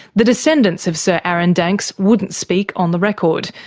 the descendants of sir aaron danks wouldn't speak on the record,